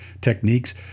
techniques